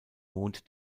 mond